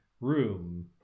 room